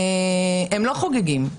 הם לא חוגגים,